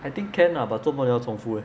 I think can lah but 做莫你要重复 eh